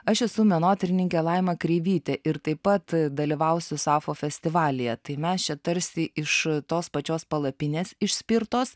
aš esu menotyrininkė laima kreivytė ir taip pat dalyvausiu sapfo festivalyje tai mes čia tarsi iš tos pačios palapinės išspirtos